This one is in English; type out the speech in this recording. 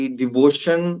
devotion